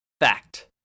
Fact